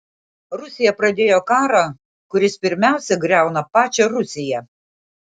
rusija pradėjo karą kuris pirmiausia griauna pačią rusiją